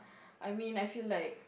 I mean I feel like